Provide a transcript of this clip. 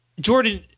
Jordan